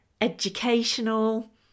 educational